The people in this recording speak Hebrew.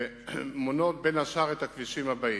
ומונה בין השאר את הכבישים הבאים: